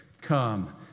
come